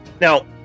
Now